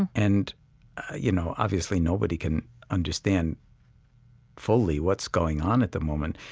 and you know obviously, nobody can understand fully what's going on at the moment,